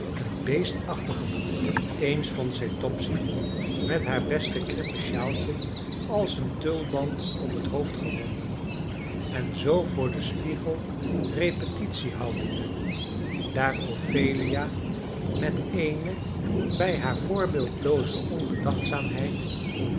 een beestachtigen boel eens vond zij topsy met haar beste krippen sjaaltje als een tulband om het hoofd gewonden en zoo voor den spiegel repetitie houdende daar ophelia met eene bij haar voorbeeldelooze onbedachtzaamheid